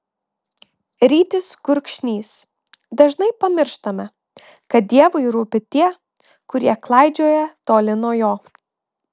rytis gurkšnys dažnai pamirštame kad dievui rūpi tie kurie klaidžioja toli nuo jo